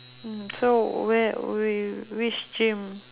mm so where wait which gym